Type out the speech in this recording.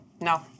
No